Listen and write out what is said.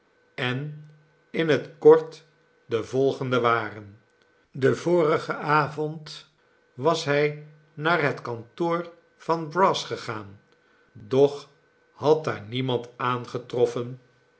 en in het kort de volgende waren den vorigen avond was hij naar het kantoor van brass gegaan doch had daar niemand aangetroffen